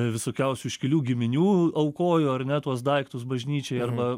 visokiausių iškilių giminių aukojo ar ne tuos daiktus bažnyčiai arba